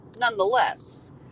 nonetheless